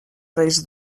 reis